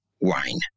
wine